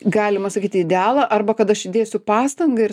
galima sakyti idealą arba kad aš įdėsiu pastangą ir